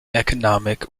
economic